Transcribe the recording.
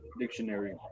dictionary